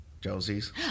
Josie's